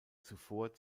zuvor